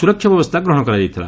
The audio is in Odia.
ସୁରକ୍ଷା ବ୍ୟବସ୍ଥା ଗ୍ରହଶ କରାଯାଇଥିଲା